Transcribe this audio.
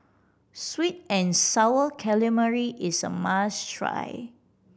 sweet and Sour Calamari is a must try